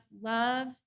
love